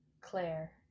claire